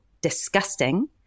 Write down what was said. disgusting